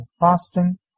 fasting